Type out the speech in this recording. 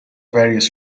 various